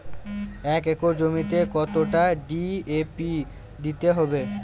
এক একর জমিতে কতটা ডি.এ.পি দিতে হবে?